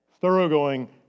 Thoroughgoing